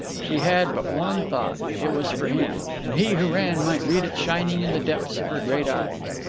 she had but one thought it was for him, and he who ran might read it shining in the depths of her great eyes.